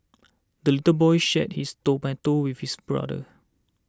the little boy shared his tomato with his brother